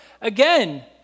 again